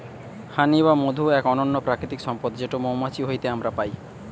হানি বা মধু এক অনন্য প্রাকৃতিক সম্পদ যেটো মৌমাছি হইতে আমরা পাই